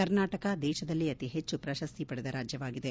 ಕರ್ನಾಟಕ ದೇಶದಲ್ಲೇ ಅತೀ ಹೆಚ್ಚು ಪ್ರಶಸ್ತಿ ಪೆಡದ ರಾಜ್ಯವಾಗಿದೆ